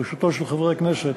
בראשותו של חבר הכנסת